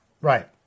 Right